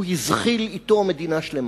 הוא הזחיל אתו מדינה שלמה.